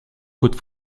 côte